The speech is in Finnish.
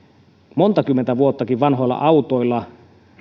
monta kymmentäkin vuotta vanhoilla autoilla